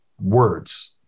words